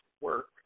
work